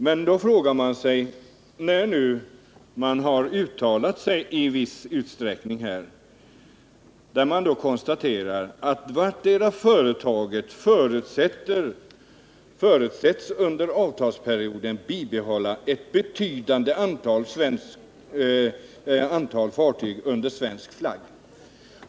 Men i viss utsträckning har man ju här uttalat sig i den riktningen att man konstaterat att vartdera företaget förutsätts under avtalsperioden bibehålla ett betydande antal fartyg under svensk flagg.